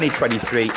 2023